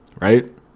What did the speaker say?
Right